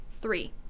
three